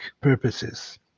purposes